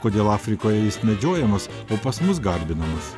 kodėl afrikoje jis medžiojamas o pas mus garbinamas